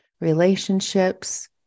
relationships